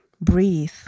breathe